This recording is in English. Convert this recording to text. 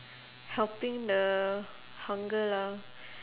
helping the hunger lah